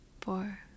four